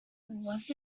was